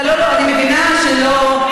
אני מבינה שלא,